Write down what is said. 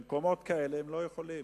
במקומות כאלה הם לא יכולים.